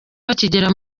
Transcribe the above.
bakigera